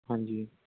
ਹਾਂਜੀ